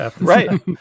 right